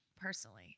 personally